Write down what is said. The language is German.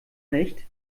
nicht